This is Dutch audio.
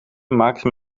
maakte